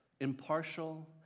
impartial